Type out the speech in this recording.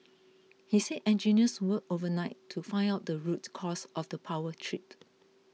he said engineers worked overnight to find out the root cause of the power trip